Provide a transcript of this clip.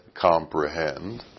comprehend